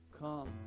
come